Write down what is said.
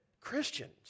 Christians